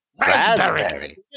Raspberry